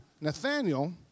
Nathaniel